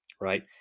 Right